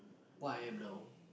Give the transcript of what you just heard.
what I am now